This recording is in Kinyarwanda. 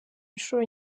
inshuro